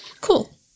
Cool